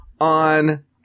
on